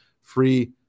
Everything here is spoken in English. free